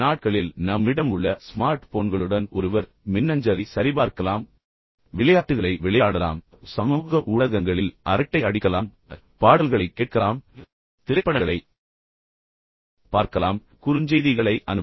இந்த நாட்களில் நம்மிடம் உள்ள ஸ்மார்ட் போன்களுடன் ஒருவர் மின்னஞ்சலை சரிபார்க்கலாம் விளையாட்டுகளை விளையாடலாம் சமூக ஊடகங்களில் அரட்டை அடிக்கலாம் பாடல்களைக் கேட்கலாம் திரைப்படங்களைப் பார்க்கலாம் குறுஞ்செய்திகளை அனுப்பலாம் மற்றும் பல